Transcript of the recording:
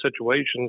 situations